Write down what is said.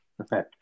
okay